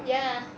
ya